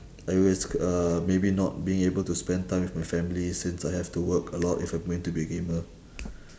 I risk uh maybe not being able to spend time with my family since I have to work a lot if I'm going to be a gamer